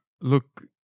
Look